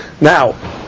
Now